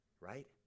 right